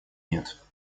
нет